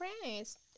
friends